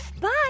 Bye